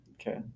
Okay